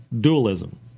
dualism